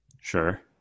Sure